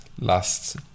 last